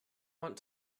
want